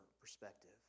perspective